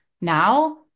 now